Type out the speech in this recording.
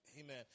Amen